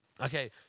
Okay